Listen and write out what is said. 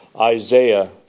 Isaiah